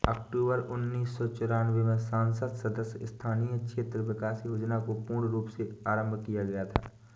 अक्टूबर उन्नीस सौ चौरानवे में संसद सदस्य स्थानीय क्षेत्र विकास योजना को पूर्ण रूप से आरम्भ किया गया था